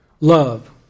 Love